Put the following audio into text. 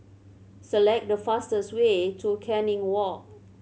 select the fastest way to Canning Walk